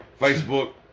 Facebook